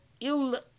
ill